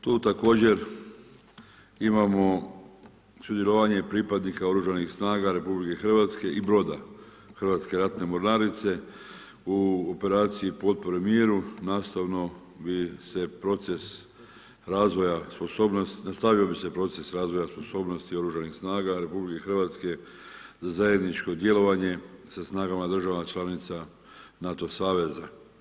Tu također, imamo sudjelovanje pripadnika oružanih snaga RH i broda hrvatske ratne mornarice u operacije potpore miru, nastavno bi se proces razvoja sposobnost, nastavio bi se proces razvoja sposobnosti oružanih snaga RH zajedničko djelovanje sa snagama državama članica NATO saveza.